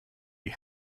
you